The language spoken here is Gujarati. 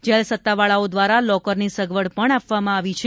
જેલ સત્તાવાળાઓ દ્વારા લોકરની સગવડ પણ આપવામાં આવી છે